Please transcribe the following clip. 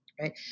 right